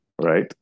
right